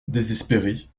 désespéré